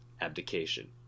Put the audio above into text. abdication